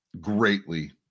greatly